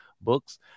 books